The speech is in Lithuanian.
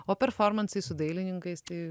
o performansai su dailininkais tai